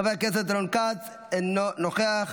חבר הכנסת רון כץ, אינו נוכח,